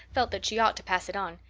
felt that she ought to pass it on.